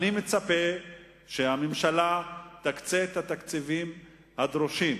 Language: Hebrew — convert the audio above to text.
אבל אני מצפה שהממשלה תקצה את התקציבים הדרושים,